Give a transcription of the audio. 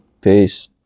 Peace